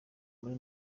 muri